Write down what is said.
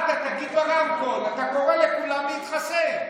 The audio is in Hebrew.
תגיד ברמקול, אתה קורא לכולם להתחסן.